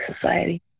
society